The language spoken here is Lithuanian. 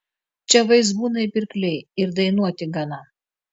čia vaizbūnai pirkliai ir dainuoti gana